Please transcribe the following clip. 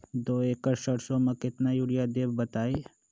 दो एकड़ सरसो म केतना यूरिया देब बताई?